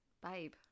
babe